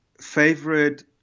favorite